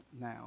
now